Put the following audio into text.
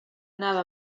anava